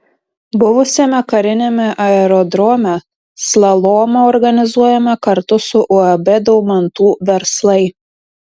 buvusiame kariniame aerodrome slalomą organizuojame kartu su uab daumantų verslai